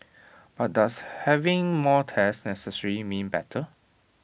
but does having more tests necessarily mean better